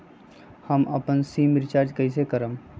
हम अपन sim recharge कइसे करम?